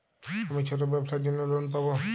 আমি ছোট ব্যবসার জন্য লোন পাব?